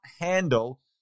handle